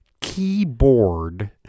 keyboard